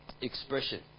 expression